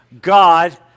God